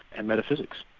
and metaphysics.